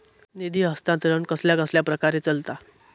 निधी हस्तांतरण कसल्या कसल्या प्रकारे चलता?